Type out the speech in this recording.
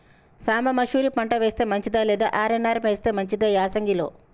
సాంబ మషూరి పంట వేస్తే మంచిదా లేదా ఆర్.ఎన్.ఆర్ వేస్తే మంచిదా యాసంగి లో?